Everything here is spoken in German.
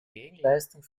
gegenleistung